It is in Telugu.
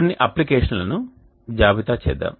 కొన్ని అప్లికేషన్లను జాబితా చేద్దాం